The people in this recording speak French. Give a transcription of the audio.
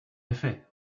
effet